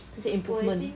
这些 improvement